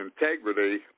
integrity